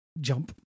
Jump